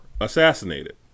assassinated